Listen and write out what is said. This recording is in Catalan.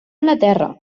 anglaterra